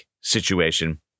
situation